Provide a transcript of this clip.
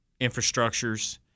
infrastructures